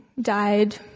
died